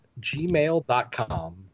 gmail.com